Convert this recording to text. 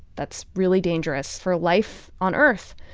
that's really dangerous for life on earth.